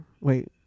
wait